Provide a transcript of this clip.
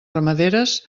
ramaderes